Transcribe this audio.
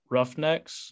Roughnecks